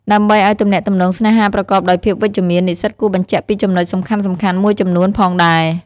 ដើម្បីឱ្យទំនាក់ទំនងស្នេហាប្រកបដោយភាពវិជ្ជមាន និស្សិតគួរបញ្ជាក់ពីចំណុចសំខាន់ៗមួយចំនួនផងដែរ។